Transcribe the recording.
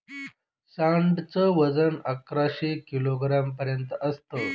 सांड च वजन अकराशे किलोग्राम पर्यंत असत